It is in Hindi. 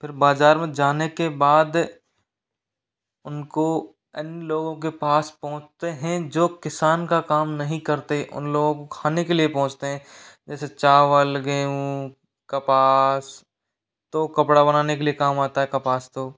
फिर बाज़ार में जाने के बाद उनको इन लोगों के पास पहुँचते हैं जो किसान का काम नहीं करते उन लोगों को खाने के लिए पहुँचते हैं जैसे चावल गेंहू कपास तो कपड़ा बनाने के लिए काम आता है कपास तो